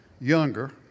younger